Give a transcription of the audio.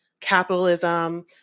capitalism